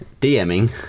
DMing